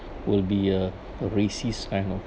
will be a racist kind of